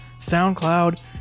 SoundCloud